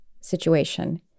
situation